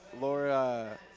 Laura